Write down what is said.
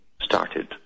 started